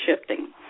shifting